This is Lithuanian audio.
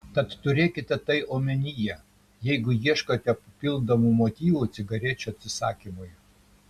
tad turėkite tai omenyje jeigu ieškote papildomų motyvų cigarečių atsisakymui